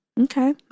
Okay